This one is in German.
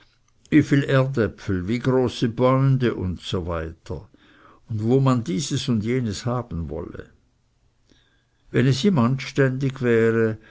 erdäpfel wie große bäunde usw und wo man dieses und jenes haben wolle wenn es ihm anständig wäre